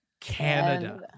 Canada